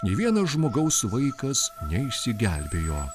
nė vieno žmogaus vaikas neišsigelbėjo